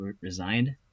resigned